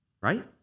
right